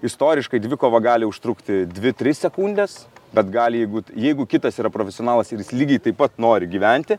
istoriškai dvikova gali užtrukti dvi tris sekundes bet gali būti jeigu kitas yra profesionalas ir lygiai taip pat nori gyventi